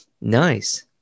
nice